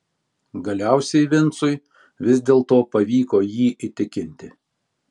galiausiai vincui vis dėlto pavyko jį įtikinti